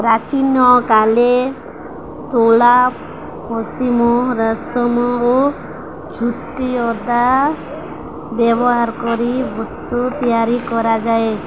ପ୍ରାଚୀନ କାଳେ ତୁଳା ପଶମ ରେଶମ ଓ ଝୋଟ ଅଦା ବ୍ୟବହାର କରି ବସ୍ତୁ ତିଆରି କରାଯାଏ